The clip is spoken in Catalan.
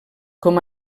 com